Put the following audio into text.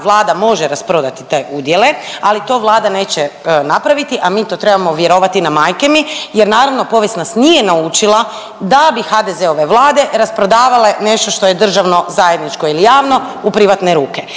Vlada može rasprodati te udjele ali to Vlada neće napraviti a mi to trebamo vjerovati na majke mi, jer naravno povijest nas nije naučila da bi HDZ-ove Vlade rasprodavale nešto što je državno zajedničko ili javno u privatne ruke.